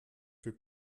für